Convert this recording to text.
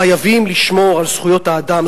חייבים לשמור על זכויות האדם,